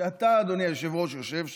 שאתה, אדוני היושב-ראש, יושב שם,